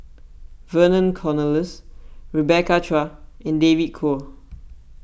Vernon Cornelius Rebecca Chua and David Kwo